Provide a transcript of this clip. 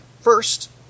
first